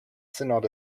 synod